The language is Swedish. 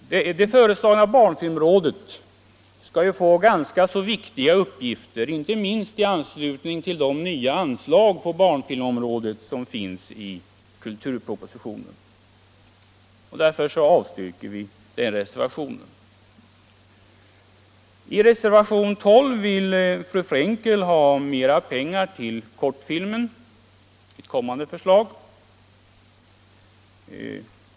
Det föreslagna barnfilmsrådet skall få ganska viktiga uppgifter, inte minst i anslutning till det nya anslag på barnfilmsområdet som föreslås i kulturpropositionen. Därför avstyrker vi den reservationen. I reservationen 12 vill fru Frenkel i ett kommande förslag ha mera pengar till kortfilmen.